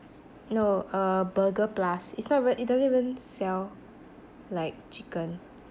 no uh Burger Plus it's not even it doesn't even sell like chicken